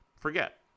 Forget